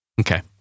Okay